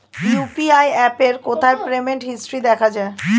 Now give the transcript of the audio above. UPI অ্যাপে কোথায় payment history দেখা যায়?